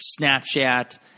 Snapchat